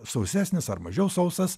sausesnis ar mažiau sausas